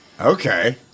okay